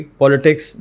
politics